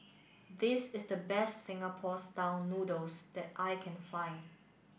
this is the best Singapore style noodles that I can find